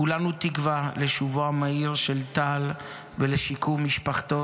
כולנו תקווה לשובו המהיר של טל ולשיקום משפחתו,